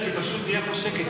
כי פשוט נהיה שקט.